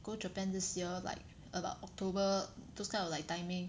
go Japan this year like about October those kind of like timing